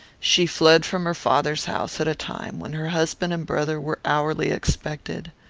she fled from her father's house at a time when her husband and brother were hourly expected.